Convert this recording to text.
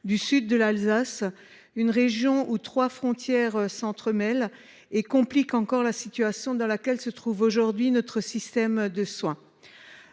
du sud de l’Alsace, région où trois frontières s’entremêlent, ce qui complique encore la situation dans laquelle se trouve notre système de soins.